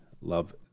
love